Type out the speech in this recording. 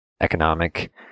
economic